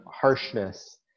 harshness